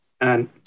And-